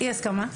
אי הסכמה.